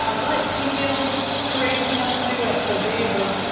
um but she feels courageous enough to do it, so do you, boo.